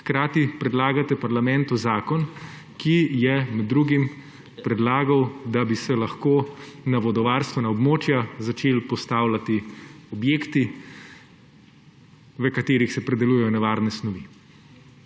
hkrati predlagate parlamentu zakon, kjer je med drugim predlagano, da bi se lahko na vodovarstvena območja začeli postavljati objekti, v katerih se predelujejo nevarne snovi.